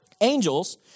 angels